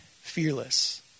fearless